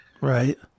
Right